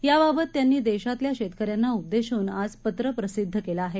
याबाबत त्यांनी देशातल्या शेतकऱ्यांना उददेशन आज पत्र प्रसिदध केलं आहे